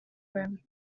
room